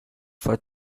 for